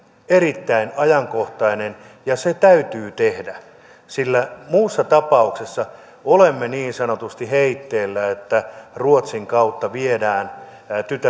erittäin ajankohtainen ja se täytyy tehdä sillä muussa tapauksessa olemme niin sanotusti heitteillä kun ruotsin kautta viedään